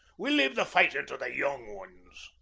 we'll leave the fightin' to the young ones.